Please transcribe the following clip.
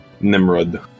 Nimrod